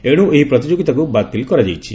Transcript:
ଏଣୁ ଏହି ପ୍ରତିଯୋଗୀତାକୁ ବାତିଲ କରାଯାଇଛି